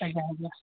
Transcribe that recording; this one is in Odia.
ଆଜ୍ଞା ଆଜ୍ଞା